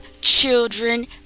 children